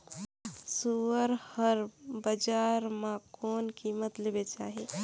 सुअर हर बजार मां कोन कीमत ले बेचाही?